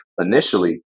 initially